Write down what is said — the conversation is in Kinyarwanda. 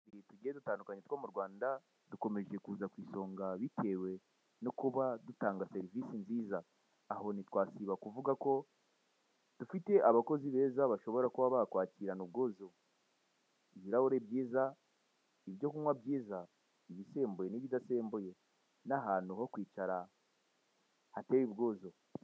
Tugiye dutandukanye two mu Rwanda dukomeje kuza ku isonga bitewe no kuba dutanga serivisi nziza, aho ntitwasiba kuvuga ko dufite abakozi beza bashobora kuba bakwakirana ubwuzu, dufite ibirahure byiza, ibyo kunywa byiza, ibisembuye n'ibidasembuye, n'ahantu ho kwicara hateye ubwuzu.